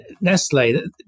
nestle